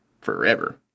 forever